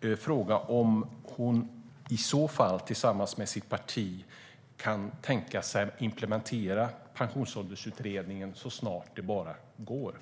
Kan hon i så fall tillsammans med sitt parti implementera pensionsåldersutredningen så snart det bara går?